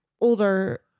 older